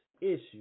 issue